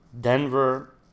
Denver